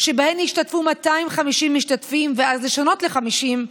שבהן ישתתפו 250 משתתפים ואז לשנות ל-50,